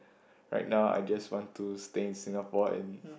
right now I just want to stay in Singapore and